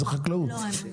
זו חקלאות.